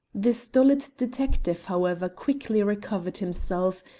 the stolid detective, however, quickly recovered himself,